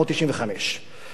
שבו ראש ממשלה נרצח.